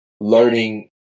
learning